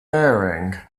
airing